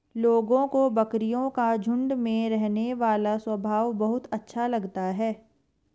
लोगों को बकरियों का झुंड में रहने वाला स्वभाव बहुत अच्छा लगता है